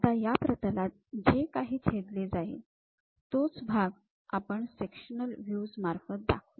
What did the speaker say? आता या प्रतलात जे काही छेदले जाईल तोच भाग आपण सेक्शनल व्ह्यूज मार्फत दाखवू